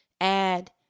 add